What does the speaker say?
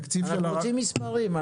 אנחנו רוצים מספרים.